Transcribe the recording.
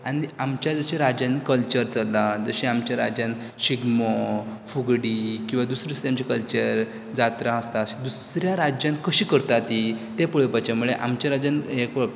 आनी आमच्या जशें राज्यांनी कल्चर चल्लां जशें आमच्या राज्यान शिगमो फुगडी किंवां दुसरे दुसऱ्यांचे कल्चर जात्रा आसता अशें दुसऱ्या राज्यांत कशीं करता ती ते पळोवपाची म्हळ्यार आमच्या राज्यांत हे